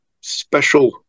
special